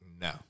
no